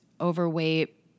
overweight